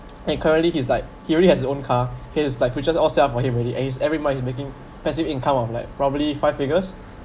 and currently he's like he already has his own car he is like future all self for him already ace every month he is making passive income of like probably five figures